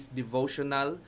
devotional